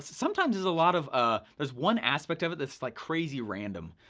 sometimes there's a lot of, ah there's one aspect of it that's like crazy random.